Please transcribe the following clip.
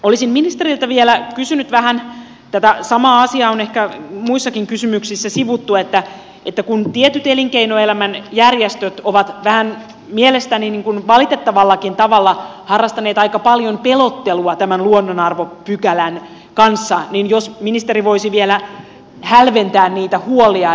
olisin ministeriltä vielä kysynyt vähän tätä samaa asiaa on ehkä muissakin kysymyksissä sivuttu kun tietyt elinkeinoelämän järjestöt ovat vähän mielestäni valitettavallakin tavalla harrastaneet aika paljon pelottelua tämän luonnonarvopykälän kanssa jos ministeri voisi vielä hälventää niitä huolia